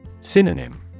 Synonym